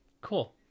cool